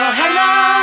hello